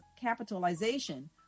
capitalization